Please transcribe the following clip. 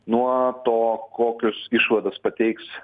nuo to kokius išvadas pateiks